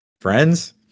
Friends